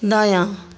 दायाँ